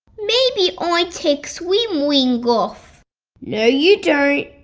maybe i take swim ring off no you don't!